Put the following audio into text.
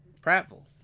Prattville